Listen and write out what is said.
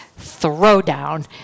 throwdown